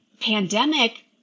pandemic